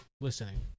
listening